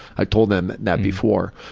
i told them that before.